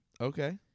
Okay